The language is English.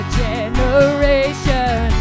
generation